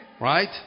Right